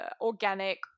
organic